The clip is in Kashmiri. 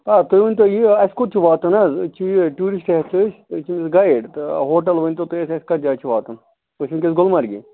آ تُہۍ ؤنۍتَو یہِ اَسہِ کوٚت چھُ واتُن حظ أسۍ چھِ یہِ ٹیٛوٗرسٹہٕ ہٮ۪تھ چھِ أسۍ أسۍ چھِ زٕ گایڈ تہٕ ہوٹل ؤنۍتَو تۄہہِ اَسہِ کَتھ جایہِ چھُ واتُن أسۍ چھِ وُنکٮ۪س گُلمرگہِ